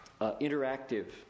interactive